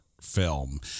film